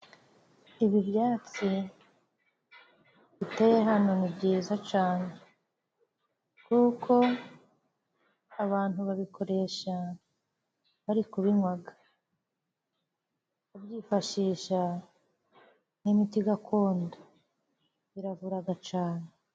Ibi ibyatsi, biteye hano ni byiza cyane. Kuko abantu babikoresha barikubinywa. Babyifashisha nk'imiti gakondo. Biravura cyane.